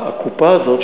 הקופה הזאת,